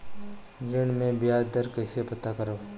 ऋण में बयाज दर कईसे पता करब?